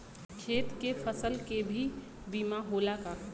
खेत के फसल के भी बीमा होला का?